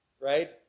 right